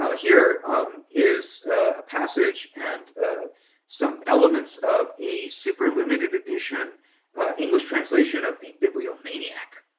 ah here um is a passage and some elements of a super limited edition english translation of the bibliomaniac,